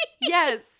Yes